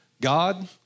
God